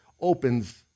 opens